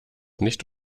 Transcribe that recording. nicht